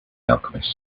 alchemist